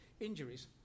injuries